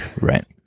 Right